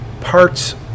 parts